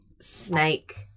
snake